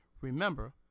Remember